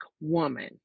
woman